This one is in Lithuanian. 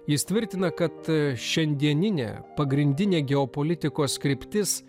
jis tvirtina kad šiandieninė pagrindinė geopolitikos kryptis